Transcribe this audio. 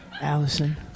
Allison